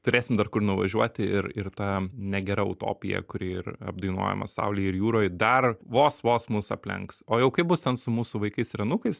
turėsim dar kur nuvažiuoti ir ir ta negera utopija kuri ir apdainuojama saulėj ir jūroj dar vos vos mus aplenks o jau kaip bus ten su mūsų vaikais ir anūkais